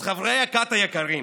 אז חברי הכת היקרים,